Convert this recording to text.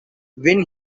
when